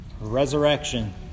resurrection